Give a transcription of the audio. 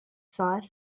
sar